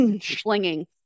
slinging